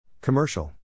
Commercial